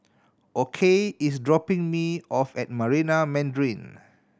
Okey is dropping me off at Marina Mandarin